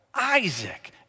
Isaac